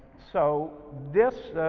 so this